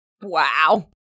Wow